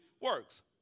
works